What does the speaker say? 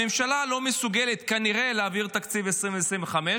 הממשלה לא מסוגלת כנראה להעביר תקציב 2025,